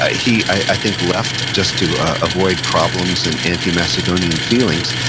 ah he, i think, left, just to avoid problems and anti-macedonian feelings.